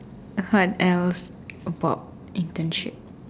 what else about internship